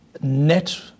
Net